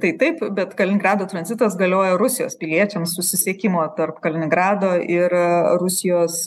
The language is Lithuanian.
tai taip bet kaliningrado tranzitas galioja rusijos piliečiams susisiekimo tarp kaliningrado ir rusijos